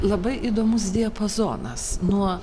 labai įdomus diapazonas nuo